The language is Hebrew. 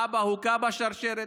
האבא הוכה בשרשרת.